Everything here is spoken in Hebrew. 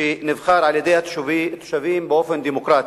שנבחר על-ידי התושבים באופן דמוקרטי.